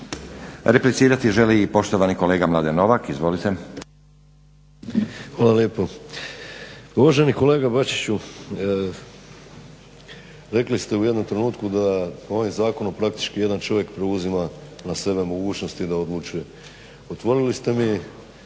laburisti - Stranka rada)** Hvala lijepo. Uvaženi kolega Bačiću, rekli ste u jednom trenutku da ovim zakonom praktički jedan čovjek preuzima na sebe mogućnosti da odlučuje. Otvorili ste mi